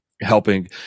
helping